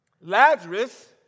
Lazarus